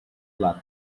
luck